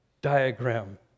diagram